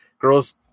Girls